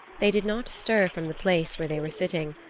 they did not stir from the place where they were sitting,